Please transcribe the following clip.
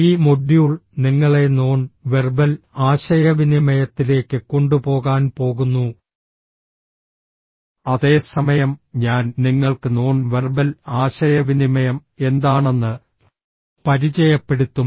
ഈ മൊഡ്യൂൾ നിങ്ങളെ non verbal ആശയവിനിമയത്തിലേക്ക് കൊണ്ടുപോകാൻ പോകുന്നു അതേ സമയം ഞാൻ നിങ്ങൾക്ക് നോൺ വെർബൽ ആശയവിനിമയം എന്താണെന്ന് പരിചയപ്പെടുത്തും